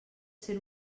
ser